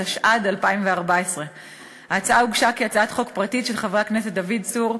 התשע"ד 2014. ההצעה הוגשה כהצעת חוק פרטית של חברי הכנסת דוד צור,